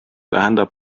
tähendab